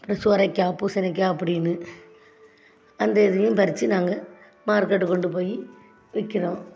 அப்புறம் சுரைக்கா பூசணிக்காய் அப்படின்னு அந்த இதையும் பறித்து நாங்கள் மார்க்கெட்டுக்கு கொண்டு போய் விற்கிறோம்